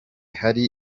hari